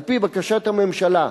על-פי בקשת הממשלה,